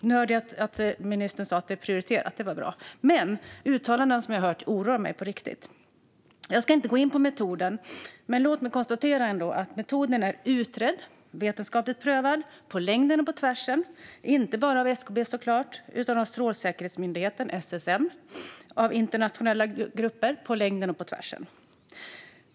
Nu hörde jag att ministern sa att det är prioriterat, vilket är bra, men de uttalanden jag hört oroar mig på riktigt. Jag ska inte gå in på metoden, men låt mig ändå konstatera att den är utredd, vetenskapligt prövad på längden och tvären, inte bara av SKB utan av Strålsäkerhetsmyndigheten, SSM, och av internationella grupper.